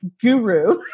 guru